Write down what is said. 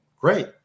great